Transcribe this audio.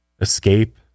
escape